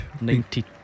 Ninety